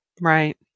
Right